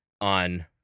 on